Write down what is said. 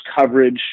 coverage